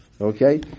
Okay